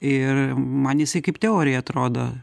ir man jisai kaip teorija atrodo